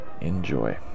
Enjoy